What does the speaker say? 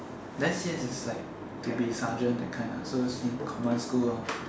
S_A_S is like is to be like sergeant that kind ah so is command school lor